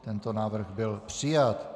Tento návrh byl přijat.